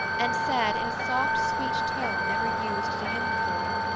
and said, in a soft, sweet tone never used to him before,